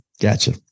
gotcha